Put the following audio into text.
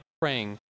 praying